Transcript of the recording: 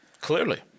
Clearly